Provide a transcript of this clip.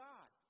God